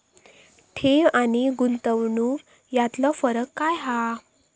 ठेव आनी गुंतवणूक यातलो फरक काय हा?